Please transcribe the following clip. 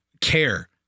care